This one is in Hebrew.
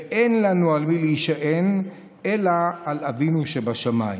ואין לנו על מי להישען אלא על אבינו שבשמיים.